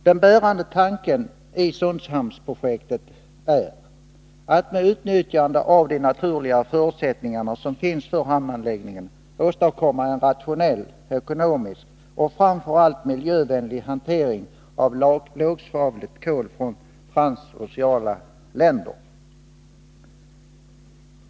Den bärande tanken i Sundshamnsprojektet är att med utnyttjande av de naturliga förutsättningar som finns för hamnanläggningen åstadkomma en rationell, ekonomisk och framför allt miljövänlig hantering av lågsvavligt kol från transoceana länder.